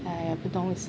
哎呀不懂